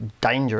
dangerous